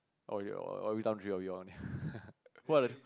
orh you all every time three of you only ah who are the